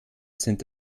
sind